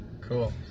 Cool